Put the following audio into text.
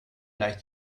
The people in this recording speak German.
gleich